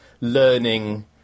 Learning